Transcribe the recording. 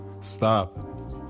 stop